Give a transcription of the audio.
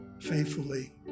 faithfully